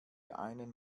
einen